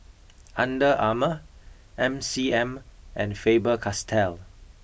Under Armour M C M and Faber Castell